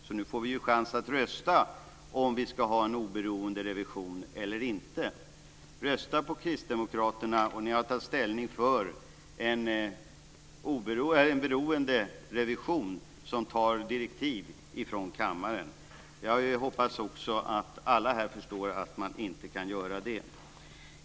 Så nu får vi chans att rösta om vi ska ha en oberoende revision eller inte. Rösta på kristdemokraterna och ni tar ställning för en beroende revision som tar direktiv från kammaren! Jag hoppas också att alla här förstår att man inte kan göra det.